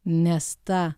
nes ta